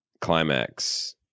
Climax